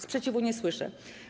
Sprzeciwu nie słyszę.